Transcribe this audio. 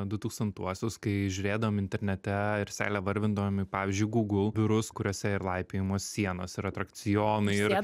du tūkstantuosius kai žiūrėdavom internete ir seilę varvindavom į pavyzdžiui google biurus kuriuose ir laipiojimo sienos ir atrakcionai ir